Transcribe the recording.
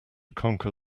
conquer